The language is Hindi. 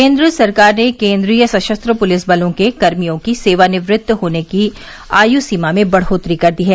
केन्द्र सरकार ने केन्द्रीय सशस्त्र पुलिस बलों के कर्मियों की सेवानिवृत्त होने की आयु सीमा में बढ़ोत्तरी कर दी है